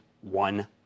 one